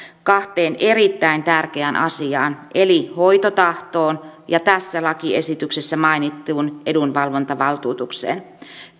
kahteen erittäin tärkeään asiaan eli hoitotahtoon ja tässä lakiesityksessä mainittuun edunvalvontavaltuutukseen